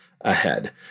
ahead